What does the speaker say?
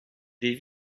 des